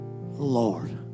Lord